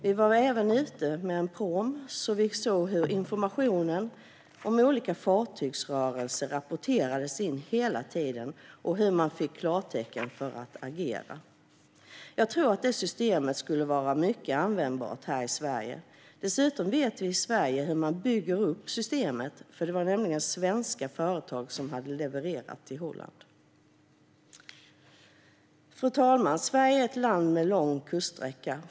Vi var även ute med en pråm och såg hur informationen om olika fartygsrörelser rapporterades in hela tiden och hur man fick klartecken för att agera. Jag tror att det systemet skulle vara mycket användbart här i Sverige. Dessutom vet vi i Sverige hur man bygger upp systemet. Det var nämligen svenska företag som hade levererat till Holland. Fru talman! Sverige är ett land med lång kuststräcka.